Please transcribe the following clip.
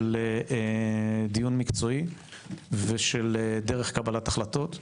של דיון מקצועי ושל דרך קבלת החלטות בכלל,